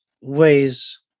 ways